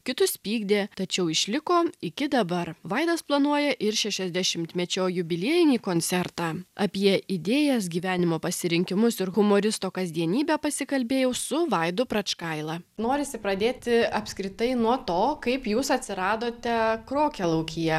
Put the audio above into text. kitus pykdė tačiau išliko iki dabar vaidas planuoja ir šešiasdešimtmečio jubiliejinį koncertą apie idėjas gyvenimo pasirinkimus ir humoristo kasdienybę pasikalbėjau su vaidu pračkaila norisi pradėti apskritai nuo to kaip jūs atsiradote krokialaukyje